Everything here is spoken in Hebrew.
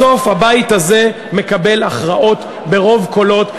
בסוף הבית הזה מקבל הכרעות ברוב קולות.